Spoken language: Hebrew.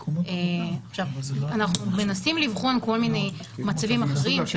אנחנו מנסים לבחון כל מיני מצבים אחרים,